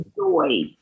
Joy